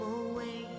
away